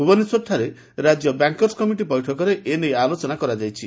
ଭୁବନେଶ୍ୱରଠାରେ ରାଜ୍ୟ bankers committee ବୈଠକରେ ଏ ନେଇ ଆଲୋଚନା କରାଯାଇଛି